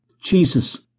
Jesus